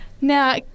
Now